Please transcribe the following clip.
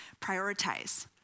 prioritize